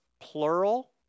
plural